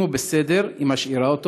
אם הוא בסדר היא משאירה אותו,